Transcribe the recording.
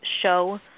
show